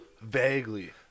Vaguely